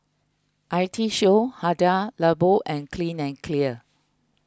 I T Show Hada Labo and Clean and Clear